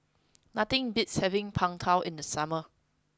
nothing beats having png tao in the summer